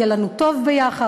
יהיה לנו טוב ביחד,